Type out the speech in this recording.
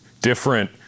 different